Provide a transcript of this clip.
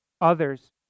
others